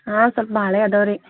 ಹಾಂ ಸಲ್ಪ ಭಾಳೇ ಅದಾವೆ ರೀ